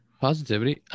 Positivity